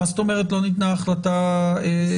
מה זאת אומרת לא ניתנה החלטה בתיק?